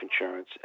insurance